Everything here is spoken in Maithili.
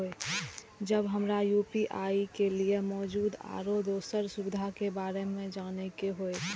जब हमरा यू.पी.आई के लिये मौजूद आरो दोसर सुविधा के बारे में जाने के होय?